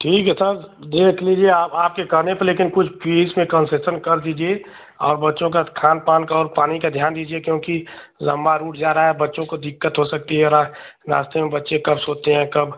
ठीक है सर देख लीजिए आपके कहने पर लेकिन कुछ फीस में कंसेसन कर दीजिए और बच्चों का खान पान का और पानी का ध्यान दीजिए क्योंकि लंबा रूट जा रा है बच्चों को दिक्कत हो सकती है रास्ते में बच्चे कब सोते हैं कब